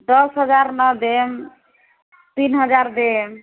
दस हजार नहि देब तीन हजार देब